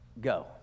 go